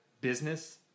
business